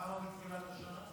כמה מתחילת השנה?